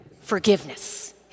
forgiveness